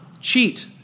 cheat